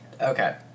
Okay